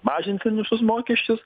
mažinsim visus mokesčius